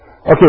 Okay